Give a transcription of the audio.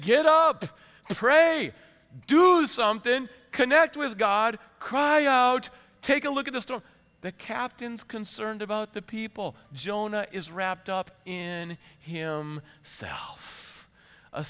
get up pray do something connect with god cry take a look at the still the captain's concerned about the people jonah is wrapped up in him self